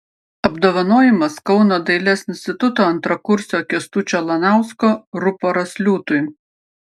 apdovanojimas kauno dailės instituto antrakursio kęstučio lanausko ruporas liūtui